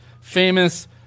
famous